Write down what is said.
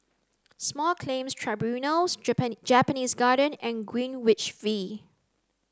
small Claims Tribunals Japanese Garden and Greenwich V